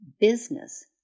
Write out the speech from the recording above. business